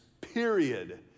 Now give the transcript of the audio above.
period